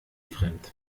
fremd